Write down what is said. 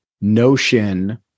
notion